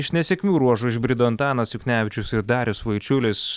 iš nesėkmių ruožo išbrido antanas juknevičius ir darius vaičiulis